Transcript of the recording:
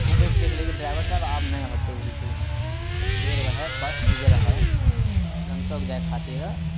फेर बैठलियै कहलियै कि ड्राइवर साहब आब नहि होतय उल्टी तऽ फेर ओएह बस जे रहय गंगटोक जाइ खातिर